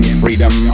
freedom